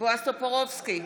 בועז טופורובסקי,